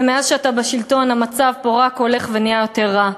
ומאז שאתה בשלטון המצב פה רק הולך ונהיה יותר רע.